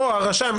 או הרשם,